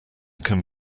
can